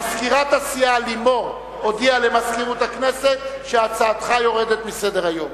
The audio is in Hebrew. מזכירת הסיעה לימור הודיעה למזכירות הכנסת שהצעתך יורדת מסדר-היום.